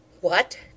What